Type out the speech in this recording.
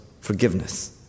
forgiveness